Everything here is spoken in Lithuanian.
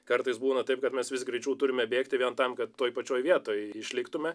kartais būna taip kad mes vis greičiau turime bėgti vien tam kad toj pačioj vietoj išliktumėme